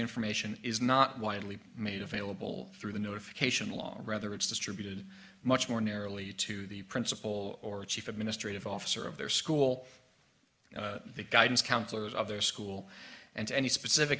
information is not widely made available through the notification law rather it's distributed much more narrowly to the principal or chief administrative officer of their school the guidance counselors of their school and any specific